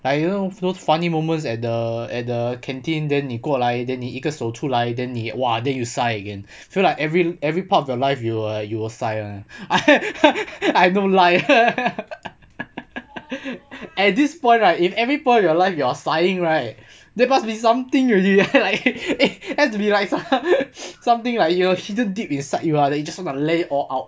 like you know those funny moments at the at the canteen then 你过来 then 你一个手出来 then 你 !wah! then you sigh again feel like every every part of your life you you will sigh one I don't lie at this point right if every point of your life you are sighing right there must be something really like eh has to be like something like you hidden deep inside you ah then you just want to let it all out